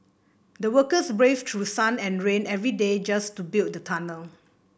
the workers braved through sun and rain every day just to build the tunnel